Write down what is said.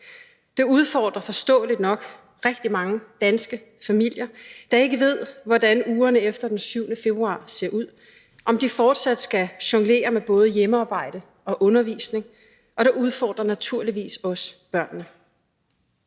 Det udfordrer forståeligt nok rigtig mange danske familier, der ikke ved, hvordan ugerne efter den 7. februar ser ud – om de fortsat skal jonglere med både hjemmearbejde og undervisning. Og det udfordrer naturligvis også børnene.